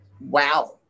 Wow